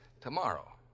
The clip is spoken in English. tomorrow